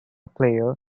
player